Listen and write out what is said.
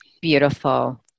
Beautiful